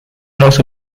also